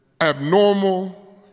Abnormal